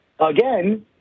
again